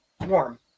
warm